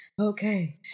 okay